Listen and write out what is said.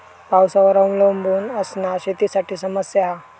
पावसावर अवलंबून असना शेतीसाठी समस्या हा